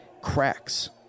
cracks